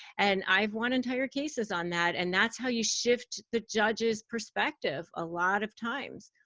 and i've won entire cases on that. and that's how you shift the judge's perspective a lot of times.